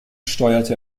steuerte